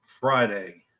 Friday